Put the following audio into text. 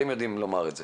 אתם יודעים לומר את זה.